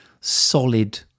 solid